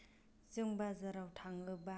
जों बाजाराव थाङोबा